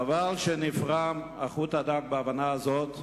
חבל שנפרם החוט הדק של ההבנה הזאת,